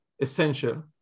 essential